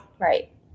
right